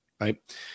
right